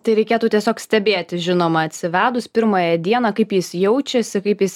tai reikėtų tiesiog stebėti žinoma atsivedus pirmąją dieną kaip jis jaučiasi kaip jis